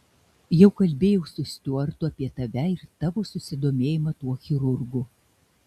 jau kalbėjau su stiuartu apie tave ir tavo susidomėjimą tuo chirurgu